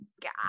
god